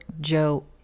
Joe